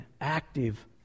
active